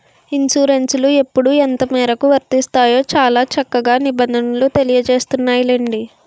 ఇన్సురెన్సులు ఎప్పుడు ఎంతమేరకు వర్తిస్తాయో చాలా చక్కగా నిబంధనలు తెలియజేస్తున్నాయిలెండి